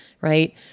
Right